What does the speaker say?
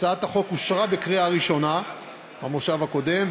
הצעת החוק אושרה בקריאה ראשונה במושב הקודם,